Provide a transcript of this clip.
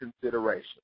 consideration